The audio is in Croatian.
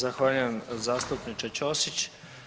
Zahvaljujem zastupniče Ćosić.